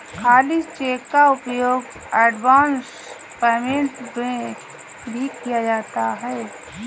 खाली चेक का उपयोग एडवांस पेमेंट में भी किया जाता है